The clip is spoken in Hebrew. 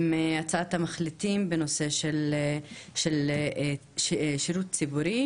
עם הצעת המחליטים בנושא של שירות ציבורי,